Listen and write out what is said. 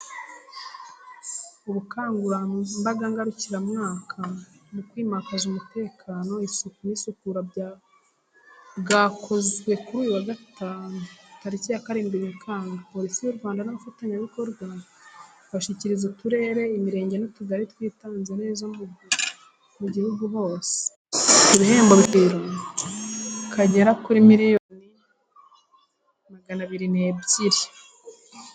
Ubukangurambaga ngarukamwaka ku kwimakaza umutekano, isuku n’isukura bwasojwe kuri uyu wa Gatanu, tariki ya 7 Nyakanga, Polisi y’u Rwanda n’abafatanyabikorwa bashyikiriza uturere, imirenge n’utugari twitwaye neza mu gihugu hose, ibihembo bifite agaciro k’agera kuri miliyoni 202Frw.